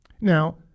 now